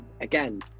again